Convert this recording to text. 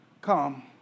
come